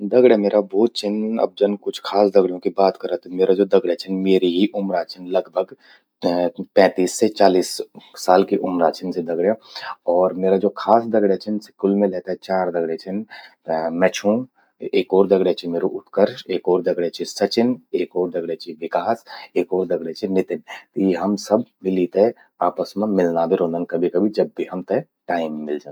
दगड्या म्येरा भौत छिन, अब जन कुछ खास दगड्यूं कि बात करा त म्येरा ज्वो दगड्या छिन, म्येरि ही उम्रा छिन लगभग ऐं पैंतीस से चालीस साल की उम्रा छिन सि दगड्या। और म्येरा ज्वो खास दगड्या छिन सि कुल मिलै ते चार दगड्या छिन। मैं छूं, एक और दगड्या चि म्येरु उत्कर्ष, एक ओर दगड्या चि सचिन, एक ओर दगड्या चि विकास, एक और दगड्या चि नितिन। त यी हम सब मिली ते आपस मां मिल्लां भि रौंदन कभी कभी, जब भी हमते टाइम मिल जंद।